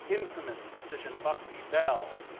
infamous decision, buck v bell,